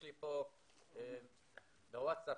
יש לי פה את הוואטס אפ,